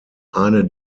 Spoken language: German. eine